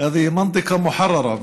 זה אזור משוחרר.)